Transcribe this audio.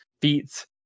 feats